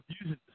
using